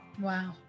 Wow